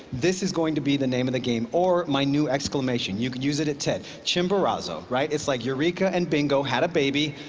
this is going to be the name of the game, or my new exclamation. you can use it at ted. chimborazo, right? it's like eureka and bingo had a baby.